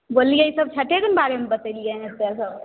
बोललियै ई सभ छठिके ने बारे मे बतेलियै से सभ